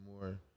more